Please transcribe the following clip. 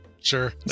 Sure